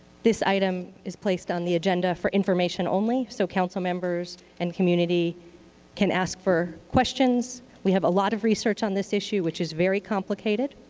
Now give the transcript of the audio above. this item is placed on the agenda for information only. so councilmembers and community can ask for questions. we have a lot of research on this issue, which is very complicated.